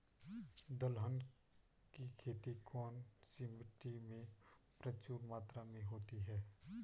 दलहन की खेती कौन सी मिट्टी में प्रचुर मात्रा में होती है?